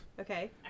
Okay